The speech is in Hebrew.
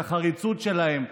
את החריצות שלהם,